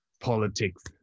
politics